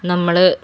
നമ്മള്